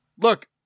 look